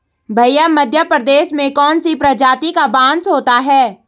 भैया मध्य प्रदेश में कौन सी प्रजाति का बांस होता है?